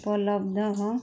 ଉପଲବ୍ଧ